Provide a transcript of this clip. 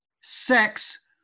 sex